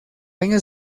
año